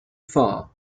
far